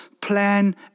plan